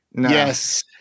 yes